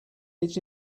it’s